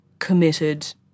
committed